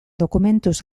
dokumentuz